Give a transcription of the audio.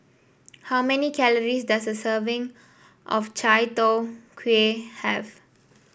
how many calories does a serving of Chai Tow Kway have